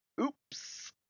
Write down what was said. Oops